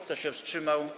Kto się wstrzymał?